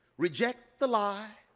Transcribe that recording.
reject the lie,